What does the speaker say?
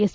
S